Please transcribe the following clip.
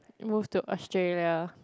move to Australia